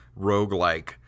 roguelike